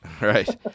Right